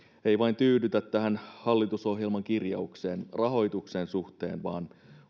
ei vain tyydytä tähän hallitusohjelman kirjaukseen rahoituksen suhteen vaan